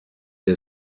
der